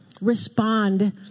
respond